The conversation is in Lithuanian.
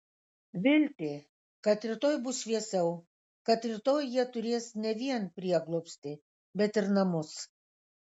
viltį kad rytoj bus šviesiau kad rytoj jie turės ne vien prieglobstį bet ir namus